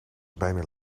bijna